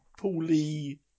Paulie